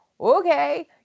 okay